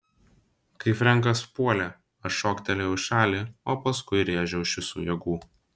kai frenkas puolė aš šoktelėjau į šalį o paskui rėžiau iš visų jėgų